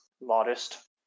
modest